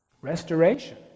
restoration